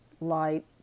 light